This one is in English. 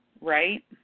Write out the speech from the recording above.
right